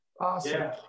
awesome